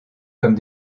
comme